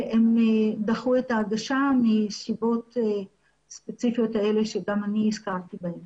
הם דחו את ההגשה מהסיבות הספציפיות האלה שגם אני הזכרתי אותן